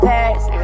Paris